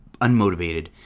unmotivated